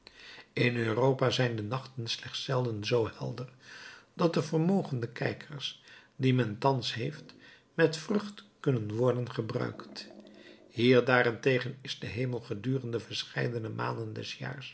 in europa zijn de nachten slechts zelden zoo helder dat de vermogende kijkers die men thans heeft met vrucht kunnen worden gebruikt hier daarentegen is de hemel gedurende verscheidene maanden des